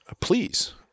please